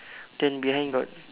then behind got